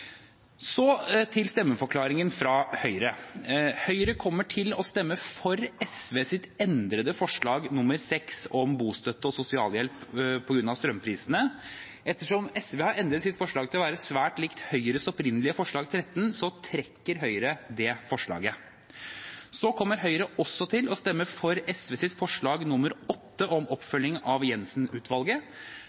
Så til stemmeforklaringen fra Høyre: Høyre kommer til å stemme for SVs endrede forslag nr. 6 om bostøtte og sosialhjelp på grunn av strømprisene. Ettersom SV har endret sitt forslag til å være svært likt Høyres opprinnelige forslag nr. 13, trekker Høyre det forslaget. Så kommer Høyre også til å stemme for SVs forslag nr. 8 om oppfølging av